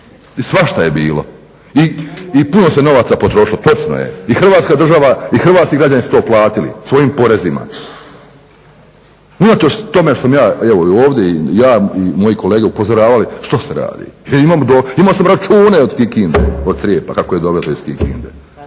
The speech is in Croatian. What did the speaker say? svašta je bilo. I puno se novaca potrošilo, točno je. I Hrvatska država i hrvatski građani su to platili svojim porezima. Unatoč tome što sam ja evo ovdje i ja i moji kolege upozoravali što se radi. Imao sam račune od Kikinde od crijepa kako je dovezao iz Kikinde,